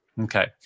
Okay